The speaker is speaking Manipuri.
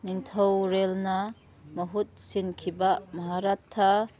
ꯅꯤꯡꯊꯧꯔꯦꯜꯅ ꯃꯍꯨꯠ ꯁꯤꯟꯈꯤꯕ ꯃꯍꯥꯔꯠꯊꯥ